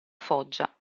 foggia